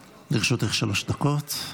דקות,